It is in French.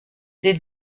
des